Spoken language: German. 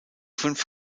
fünf